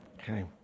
Okay